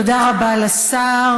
תודה רבה לשר.